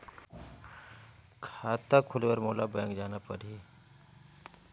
खाता खोले बर मोला बैंक जाना परही?